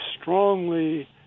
strongly